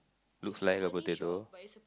looks like a potato